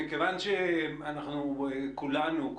מכיוון שאנחנו כולנו,